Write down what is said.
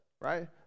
right